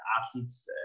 athletes